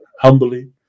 humbly